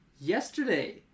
Yesterday